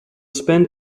spend